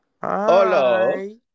Hello